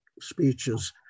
speeches